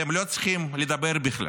אתם לא צריכים לדבר בכלל.